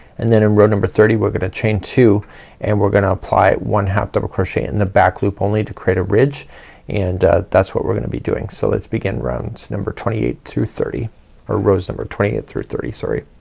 and then in row number thirty we're gonna chain two and we're gonna apply one half double crochet in the back loop only to create a ridge and that's what we're gonna be doing. so, let's begin rounds number twenty eight through thirty or rows number twenty eight through thirty. sorry.